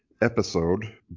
episode